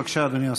בבקשה, אדוני השר.